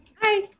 Hi